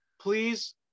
please